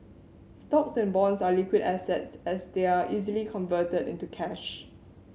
stocks and bonds are liquid assets as they are easily converted into cash